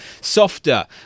softer